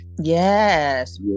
Yes